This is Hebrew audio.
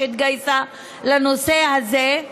שהתגייסה לנושא הזה,